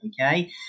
okay